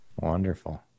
Wonderful